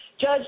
judge